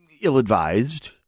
ill-advised